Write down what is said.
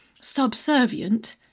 Subservient